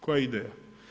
Koja je ideja?